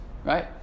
right